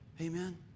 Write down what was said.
Amen